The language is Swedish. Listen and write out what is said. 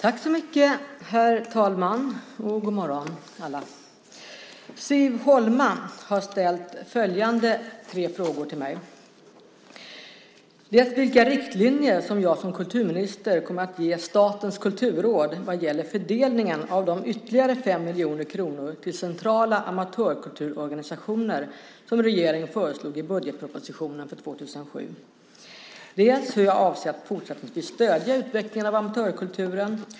Herr talman! God morgon alla! Siv Holma har ställt följande tre frågor till mig. Vilka riktlinjer kommer jag som kulturminister att ge Statens kulturråd vad gäller fördelningen av de ytterligare 5 miljoner kronor till centrala amatörkulturorganisationer som regeringen föreslog i budgetpropositionen för 2007? Hur avser jag att fortsättningsvis stödja utvecklingen av amatörkulturen?